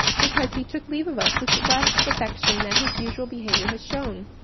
because he took leave of us with less affection than his usual behaviour has shewn.